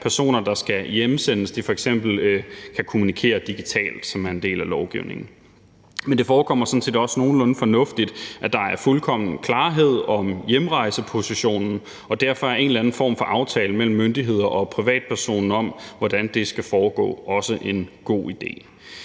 at personer, der skal hjemsendes, f.eks. kan kommunikere digitalt. Men det forekommer sådan set også nogenlunde fornuftigt, at der er fuldkommen klarhed om hjemrejsepositionen, og derfor er en eller anden form for aftale mellem myndighederne og privatpersoner om, hvordan det skal foregå, også en god idé.